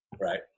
right